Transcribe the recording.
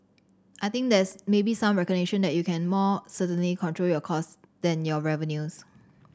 I think there's maybe some recognition that you can more certainly control your cost than your revenues